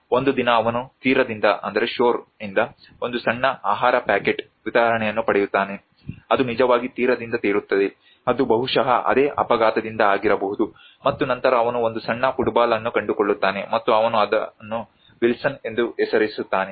ಒಂದು ದಿನ ಅವನು ತೀರದಿಂದ ಒಂದು ಸಣ್ಣ ಆಹಾರ ಪ್ಯಾಕೆಟ್ ವಿತರಣೆಯನ್ನು ಪಡೆಯುತ್ತಾನೆ ಅದು ನಿಜವಾಗಿ ತೀರದಿಂದ ತೇಲುತ್ತದೆ ಅದು ಬಹುಶಃ ಅದೇ ಅಪಘಾತದಿಂದ ಆಗಿರಬಹುದು ಮತ್ತು ನಂತರ ಅವನು ಒಂದು ಸಣ್ಣ ಫುಟ್ಬಾಲ್ ಅನ್ನು ಕಂಡುಕೊಳ್ಳುತ್ತಾನೆ ಮತ್ತು ಅವನು ಅದನ್ನು ವಿಲ್ಸನ್ ಎಂದು ಹೆಸರಿಸುತ್ತಾನೆ